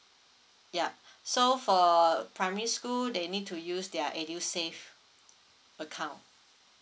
ya so for uh primary school they need to use their edusave account